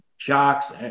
Shocks